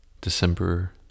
December